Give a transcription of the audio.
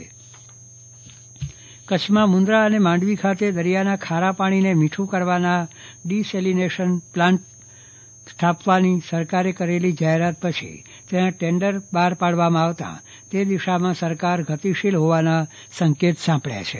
Chandravadan Pattani desalination plant કચ્છમાં મુંદરા અને માંડવી ખાતે દરિયાના ખારા પાણીને મીઠ્દ કરવાના ડિસેલીનેશન પ્લાન્ટ સ્થાપવાની સરકારે કરેલી જાહેરાત પછી તેના ટેન્ડર બહાર પાડવામાં આવતા તે દિશામાં સરકાર ગતીશીલ હોવાના સંકેત સાંપડ્યા છે